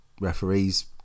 referees